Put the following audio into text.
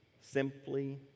simply